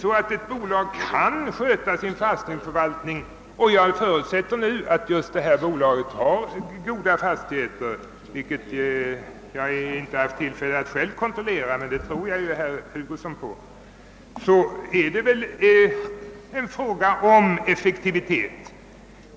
Kan ett bolag sköta sin fastighetsförvaltning på ett förträffligt sätt — jag förutsätter nu att just detta bolag har goda fastigheter, vilket jag inte haft tillfälle att själv kontrollera, men jag tror herr Hugosson på hans ord — är det en fråga om effektivitet.